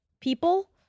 people